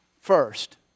First